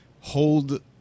hold